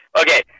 Okay